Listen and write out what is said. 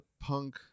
punk